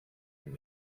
and